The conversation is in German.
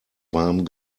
warm